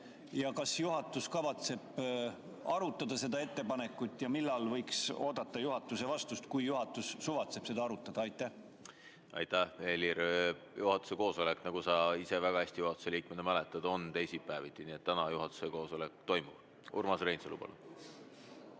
Kas juhatus kavatseb seda ettepanekut arutada ja millal võiks oodata juhatuse vastust, kui juhatus suvatseb seda arutada? Aitäh! Helir, juhatuse koosolek, nagu sa ise väga hästi endise juhatuse liikmena mäletad, on teisipäeviti. Nii et juhatuse koosolek toimub täna. Urmas Reinsalu,